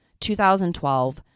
2012